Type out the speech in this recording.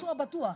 צעצוע בטוח.